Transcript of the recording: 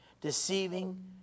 Deceiving